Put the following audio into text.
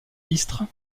istres